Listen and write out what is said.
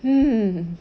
hmm